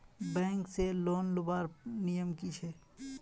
Bank से loan लुबार नियम की छे?